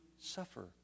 suffer